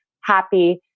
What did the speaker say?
happy